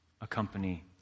accompany